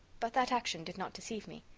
but that action did not deceive me.